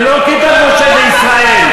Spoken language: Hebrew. זה לא כדת משה וישראל,